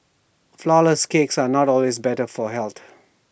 flowerless cakes are not always better for health